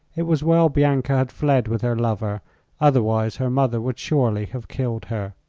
it was well bianca had fled with her lover otherwise her mother would surely have killed her.